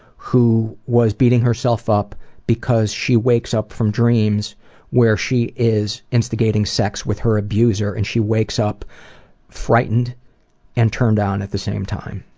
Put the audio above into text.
who was beating herself up because she wakes up from dreams where she is instigating sex with her abuser and she wakes up frightened and turned on at the same time.